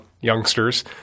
youngsters